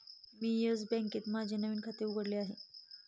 मी Yes बँकेत माझं नवीन खातं उघडलं आहे